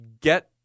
get